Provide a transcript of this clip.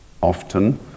often